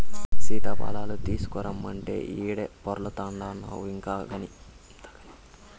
సీతాఫలాలు తీసకరమ్మంటే ఈడ పొర్లాడతాన్డావు ఇంతగని